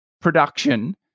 production